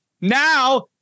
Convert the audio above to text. Now